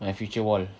my feature wall